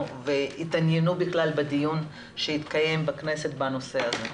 ויתעניינו בדיון שהתקיים בכנסת בנושא הזה.